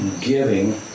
giving